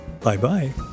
Bye-bye